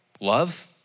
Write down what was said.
Love